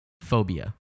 Phobia